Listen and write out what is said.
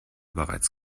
bereits